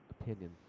opinion